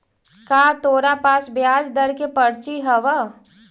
का तोरा पास ब्याज दर के पर्ची हवअ